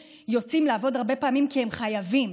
יוצאים לעבוד הרבה פעמים כי הם חייבים,